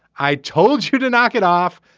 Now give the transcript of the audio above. i told you to knock it off.